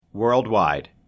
Worldwide